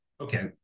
okay